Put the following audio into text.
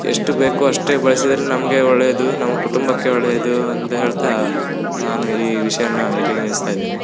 ಎಷ್ಟು ಬೇಕೋ ಅಷ್ಟೇ ಬಳಸಿದರೆ ನಮಗೆ ಒಳ್ಳೆಯದು ನಮ್ಮ ಕುಟುಂಬಕ್ಕೆ ಒಳ್ಳೆಯದು ಅಂತ ಹೇಳ್ತಾ ನಾನು ಈ ವಿಷಯವನ್ನ ಇಲ್ಲಿಗೆ ನಿಲ್ಸ್ತಾಯಿದ್ದೇನೆ